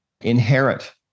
inherit